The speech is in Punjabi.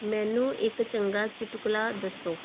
ਮੈਨੂੰ ਇੱਕ ਚੰਗਾ ਚੁਟਕਲਾ ਦੱਸੋ